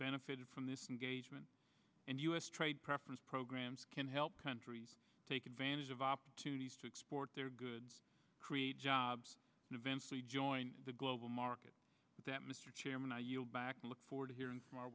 benefited from this engagement and u s trade preference programs can help countries take advantage of opportunities to export their goods create jobs and eventually join the global market that mr chairman i yield back and look forward to hearing from our